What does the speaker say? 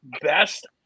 best